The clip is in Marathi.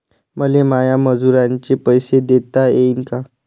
मले माया मजुराचे पैसे देता येईन का?